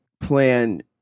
Plan